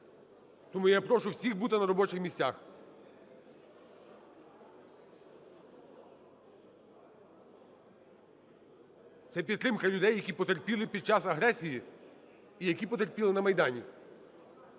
Тому я прошу всіх бути на робочих місцях. Це підтримка людей, які потерпілі під час агресії і які потерпіли на Майдані.